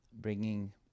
bringing